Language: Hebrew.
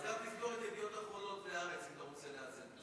אז גם תסגור את "ידיעות אחרונות" ו"הארץ" אם אתה רוצה לאזן.